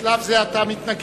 בשלב זה אתה מתנגד.